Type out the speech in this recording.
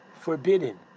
forbidden